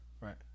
Right